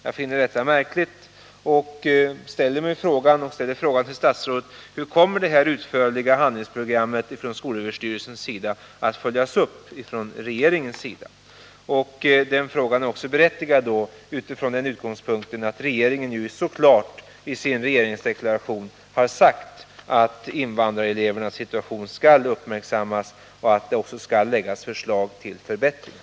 Jag tycker detta är märkligt, och jag vill fråga statsrådet: Hur kommer detta utförliga handlingsprogram att följas upp från regeringens sida? Den frågan anser jag berättigad mot bakgrund av att regeringen så klart har sagt i sin regeringsdeklaration att invandrarelevernas situation skall uppmärksammas och att det också skall läggas fram förslag till förbättringar.